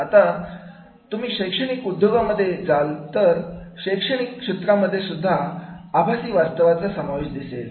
आता जर तुम्ही शैक्षणिक उद्योगांमध्ये जाल तर शिक्षणामध्ये सुद्धा आभासी वास्तवाचा समावेश दिसेल